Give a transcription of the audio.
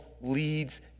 leads